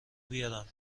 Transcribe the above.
بیارم